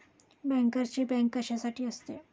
बँकर्सची बँक कशासाठी असते?